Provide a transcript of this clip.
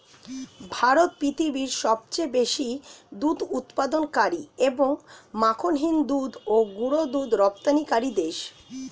ভারত পৃথিবীর সবচেয়ে বেশি দুধ উৎপাদনকারী এবং মাখনহীন দুধ ও গুঁড়ো দুধ রপ্তানিকারী দেশ